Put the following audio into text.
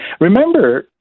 Remember